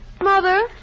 Mother